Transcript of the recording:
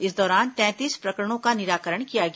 इस दौरान तैंतीस प्रकरणों का निराकरण किया गया